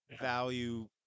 value